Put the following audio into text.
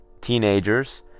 teenagers